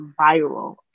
viral